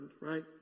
right